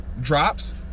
Drops